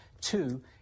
Two